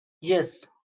Yes